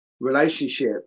relationship